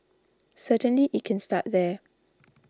certainly it can start there